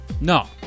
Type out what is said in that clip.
No